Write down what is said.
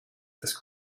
this